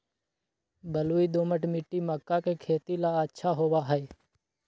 बलुई, दोमट मिट्टी मक्का के खेती ला अच्छा होबा हई